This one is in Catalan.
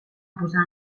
posar